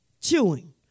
chewing